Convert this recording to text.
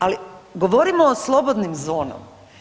Ali, govorimo o slobodnim zonama.